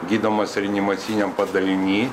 gydomas reanimaciniam padaliny